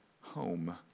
home